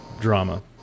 drama